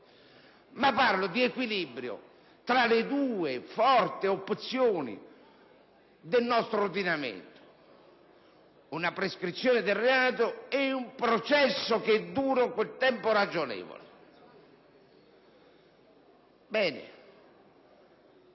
Parlo di equilibrio tra le due forti opzioni del nostro ordinamento: la prescrizione del reato e un processo che duri per un tempo ragionevole. Bene,